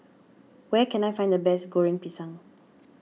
where can I find the best Goreng Pisang